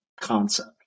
concept